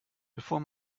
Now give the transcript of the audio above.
bevor